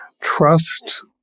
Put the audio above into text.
trust